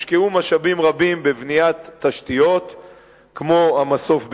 הושקעו משאבים רבים בבניית תשתיות כמו המסוף בארז,